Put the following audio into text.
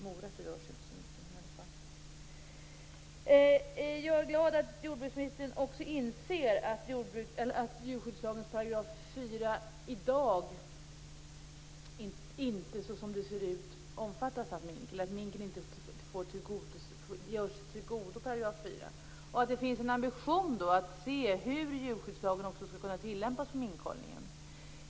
Morötter rör sig inte så mycket. Jag är glad att jordbruksministern också inser att minken inte tillgodogörs i djurskyddslagens § 4 i dag och att det finns en ambition att se över hur djurskyddslagen skall kunna tillämpas på minkhållningen.